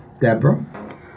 Deborah